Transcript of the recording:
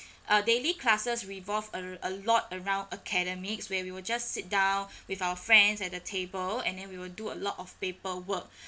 uh daily classes revolved a a lot around academics where we will just sit down with our friends at the table and then we will do a lot of paperwork